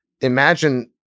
imagine